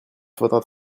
faudra